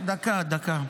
דקה, דקה.